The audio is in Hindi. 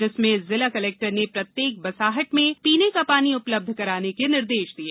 जिसमें जिला कलेक्टर ने प्रत्येक बसाहट में पीने का पानी उपलब्ध कराने के निर्देश दिये